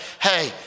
hey